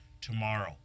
tomorrow